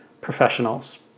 professionals